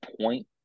point